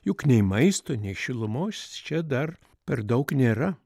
juk nei maisto nei šilumos čia dar per daug nėra